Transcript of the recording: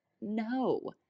No